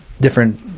different